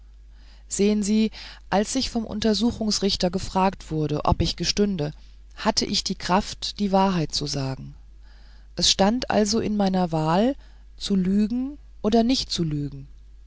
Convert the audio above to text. sehen sie als ich vom untersuchungsrichter gefragt wurde ob ich gestünde hatte ich die kraft die wahrheit zu sagen es stand also in meiner wahl zu lügen oder nicht zu lügen